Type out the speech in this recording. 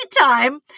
time